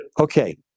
Okay